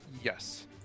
Yes